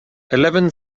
eleven